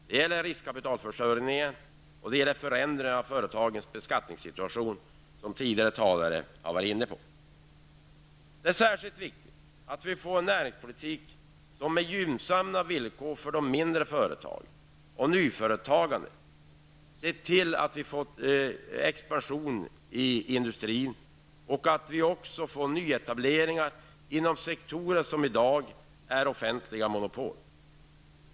Det gäller riskkapitalförsöjning och förändringar i företagens beskattningssituation, som tidigare talare har varit inne på. Det är särskilt viktigt att vi får näringspolitik som innebär gynnsamma villkor för de mindre företagen och nyföretagandet, som gör att vi får expantion i industrin och får nyetableringar inom sektorer som i dag domineras av statliga monopol.